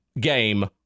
game